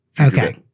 Okay